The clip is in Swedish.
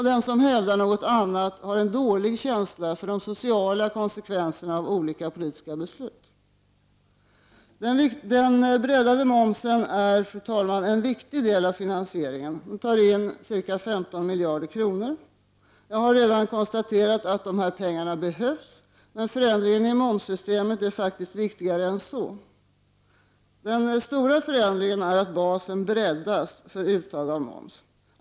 Den som hävdar något annat har dålig känsla för de sociala konsekvenserna av olika politiska beslut. Den breddade momsen är, fru talman, en viktig del av finansieringen. Den tar in ca 15 miljarder kronor. Jag har redan konstaterat att dessa pengar behövs, men förändringarna i momssystemet är faktiskt viktigare än så. Den stora förändringen är att basen breddas för uttag av moms.